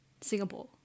Singapore